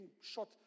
shot